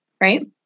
right